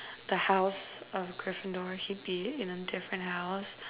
the house of Gryffindor he'd be in a different house